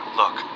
look